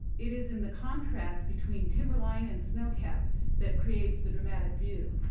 it is in the contrast between timberline and snow cap that creates the dramatic view.